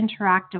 interactive